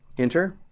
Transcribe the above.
enter.